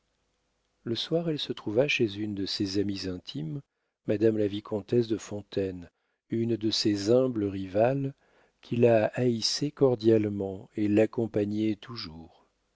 un soir elle se trouva chez une de ses amies intimes madame la vicomtesse de fontaine une de ses humbles rivales qui la haïssaient cordialement et l'accompagnaient toujours